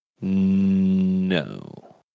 No